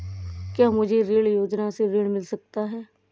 क्या मुझे कृषि ऋण योजना से ऋण मिल सकता है?